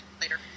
later